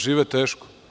Žive teško.